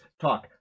talk